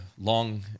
long